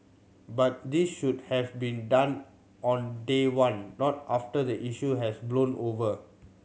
but this should have been done on day one not after the issue has blown over